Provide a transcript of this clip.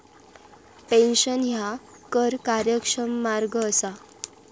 pension ह्या कर कार्यक्षम मार्ग असा